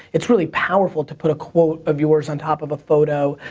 it's really powerful to put a quote of yours on top of a photo.